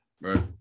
Right